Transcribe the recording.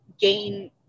gain